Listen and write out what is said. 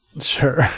Sure